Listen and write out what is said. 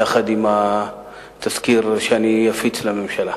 יחד עם התזכיר שאני אפיץ לממשלה.